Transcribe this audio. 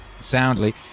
soundly